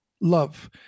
love